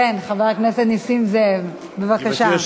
כן, חבר הכנסת נסים זאב, בבקשה.